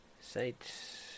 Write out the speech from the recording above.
sites